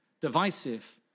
divisive